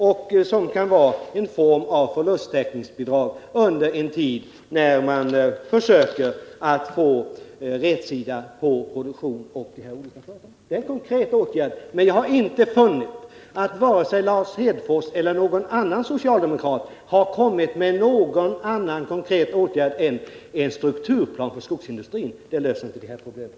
Den fonden kan vara en form av förlusttäckningsbidrag medan man försöker att få rätsida på produktionen vid de olika företagen. Detta är en konkret åtgärd. Men jag har inte funnit att vare sig Lars Hedfors eller andra socialdemokrater har föreslagit någon annan konkret åtgärd än en strukturplan för skogsindustrin. En sådan löser inte de här problemen.